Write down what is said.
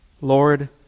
Lord